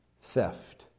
theft